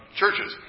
churches